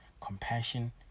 compassion